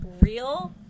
real